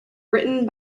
written